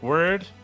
word